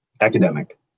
Academic